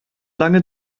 lange